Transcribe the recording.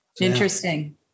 Interesting